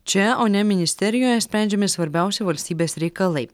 čia o ne ministerijoje sprendžiami svarbiausi valstybės reikalai